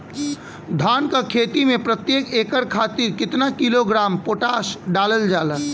धान क खेती में प्रत्येक एकड़ खातिर कितना किलोग्राम पोटाश डालल जाला?